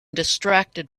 distracted